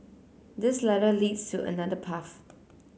this ladder leads to another path